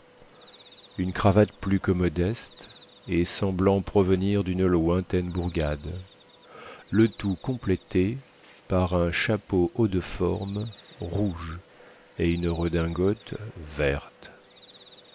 une cravate plus que modeste et semblant provenir dune lointaine bourgade le tout complété par un chapeau haut de forme rouge et une redingote verte